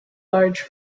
large